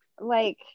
like-